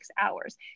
hours